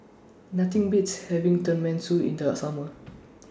Nothing Beats having Tenmusu in The Summer